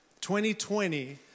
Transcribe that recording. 2020